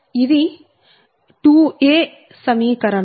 ఇది 2 సమీకరణం